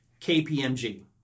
KPMG